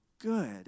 good